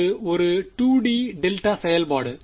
அது ஒரு 2 D delta செயல்பாடு